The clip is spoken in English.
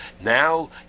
Now